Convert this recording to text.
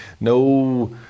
no